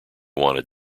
wanted